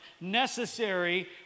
necessary